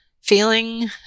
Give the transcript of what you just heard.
feeling